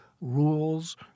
rules